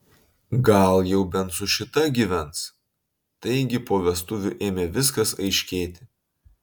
gal jau bent su šita gyvens taigi po vestuvių ėmė viskas aiškėti